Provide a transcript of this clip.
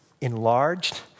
enlarged